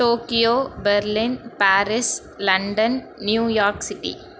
Tokyo Berlin Paris London New York city